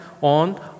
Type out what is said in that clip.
on